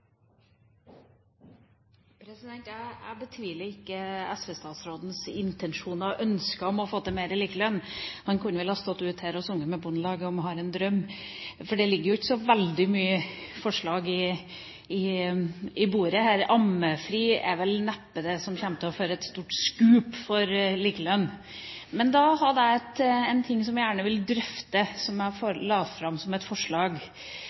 Jeg betviler ikke SV-statsrådens intensjoner og ønsker om å få til mer likelønn. Han kunne vel ha stått sammen med Bondelaget her ute og sunget «Har en drøm», for det ligger jo ikke så veldig mange forslag på bordet her. Ammefri er vel neppe det som kommer til å føre til et stort scoop for likelønn. Jeg har en ting som jeg gjerne vil drøfte, som jeg la fram som et forslag.